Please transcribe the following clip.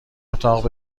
اتاق